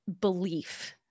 belief